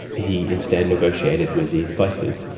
he instead negotiated with these collectors.